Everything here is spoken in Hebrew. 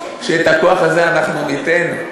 את הכוח הזה אנחנו ניתן?